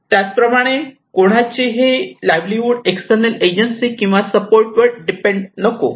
त्याचप्रमाणे कोणाचेही livelihood external agency किंवा सपोर्ट वर डिपेंड नको